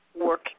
work